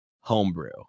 homebrew